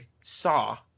saw